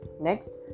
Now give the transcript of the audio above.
Next